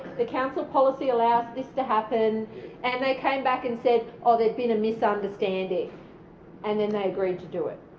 the council policy allows this to happen and they came back and said ah there'd been a misunderstanding and then they agreed to do it.